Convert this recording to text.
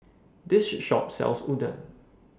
This Shop sells Udon